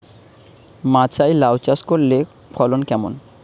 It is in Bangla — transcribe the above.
মাচায় লাউ চাষ করলে ফলন কেমন?